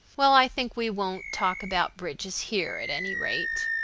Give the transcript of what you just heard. well, i think we won't talk about bridges here, at any rate.